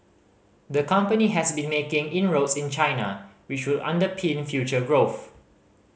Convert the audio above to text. the company has been making inroads in China which would underpin future growth